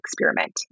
experiment